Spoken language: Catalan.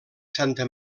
santa